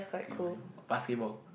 okay volleyball basketball